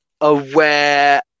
aware